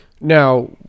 Now